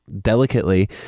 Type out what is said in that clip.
delicately